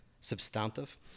substantive